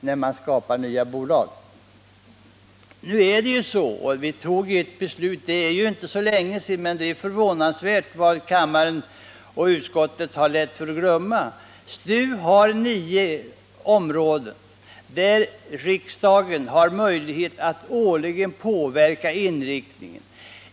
Nu är det ju så — vi fattade ett beslut om det för inte så länge sedan, men det är förvånansvärt vad utskottet och kammaren har lätt för att glömma — att STU har nio olika verksamhetsområden, där riksdagen har möjlighet att årligen påverka inriktningen.